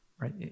Right